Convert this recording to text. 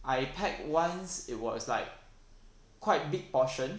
I pack once it was like quite big portion